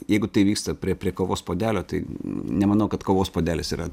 jeigu tai vyksta prie prie kavos puodelio tai nemanau kad kavos puodelis yra